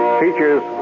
features